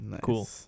Cool